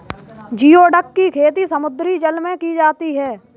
geoduck की खेती समुद्री जल में की जाती है